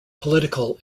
political